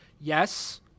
yes